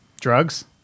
Drugs